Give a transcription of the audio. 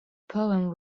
poems